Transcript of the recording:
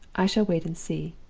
i shall wait and see.